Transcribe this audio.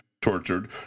tortured